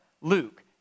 Luke